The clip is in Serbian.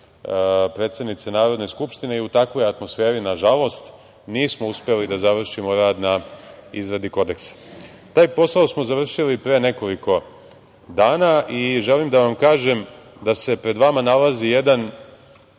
predsednice Narodne skupštine i u takvoj atmosferi nažalost nismo uspeli da završimo rad na izradi kodeksa. Taj posao smo završili pre nekoliko dana i želim da vam kažem da se pred vama nalazi jedan,